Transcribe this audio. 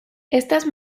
estas